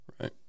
right